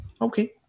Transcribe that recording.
Okay